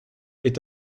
est